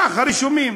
ככה, רישומים.